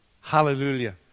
Hallelujah